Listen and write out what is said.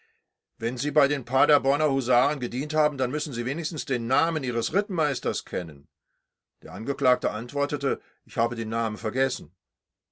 wenn sie bei den paderborner husaren gedient haben dann müssen sie wenigstens den namen ihres rittmeisters kennen der angeklagte antwortete ich habe den namen vergessen